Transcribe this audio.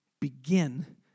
begin